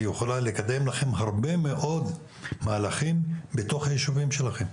כי היא יכולה לקדם לכם הרבה מאוד מהלכים בתוך הישובים שלכם,